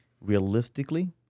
Realistically